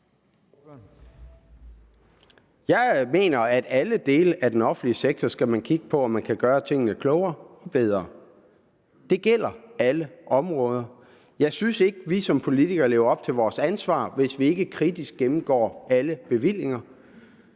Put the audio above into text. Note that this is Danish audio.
Jeg mener, at man i alle dele af den offentlige sektor skal kigge på, om man kan gøre tingene klogere og bedre. Det gælder alle områder. Jeg synes ikke, at vi som politikere lever op til vores ansvar, hvis vi ikke kritisk gennemgår alle bevillinger.